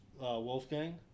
Wolfgang